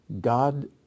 God